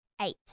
Eight